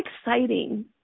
exciting